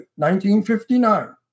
1959